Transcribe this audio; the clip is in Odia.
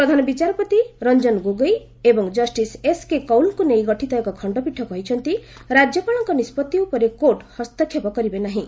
ପ୍ରଧାନ ବିଚାରପତି ରଙ୍କନ ଗୋଗେଇ ଏବଂ ଜଷ୍ଟିସ୍ ଏସ୍କେ କଉଲ୍ଙ୍କୁ ନେଇ ଗଠିତ ଏକ ଖଣ୍ଡପୀଠ କହିଛନ୍ତି ରାଜ୍ୟପାଳଙ୍କ ନିଷ୍ପଭି ଉପରେ କୋର୍ଟ ହସ୍ତକ୍ଷେପ କରିବେ ନାହିଁ